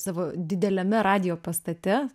savo dideliame radijo pastate